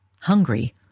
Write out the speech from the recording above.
hungry